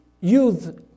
youth